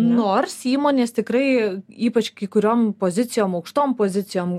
nors įmonės tikrai ypač kai kuriom pozicijom aukštom pozicijom